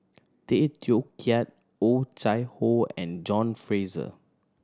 Tay Teow Kiat Oh Chai Hoo and John Fraser